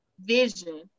vision